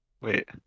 Wait